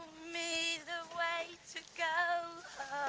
me the way to go